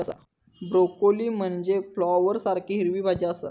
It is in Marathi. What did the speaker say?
ब्रोकोली म्हनजे फ्लॉवरसारखी हिरवी भाजी आसा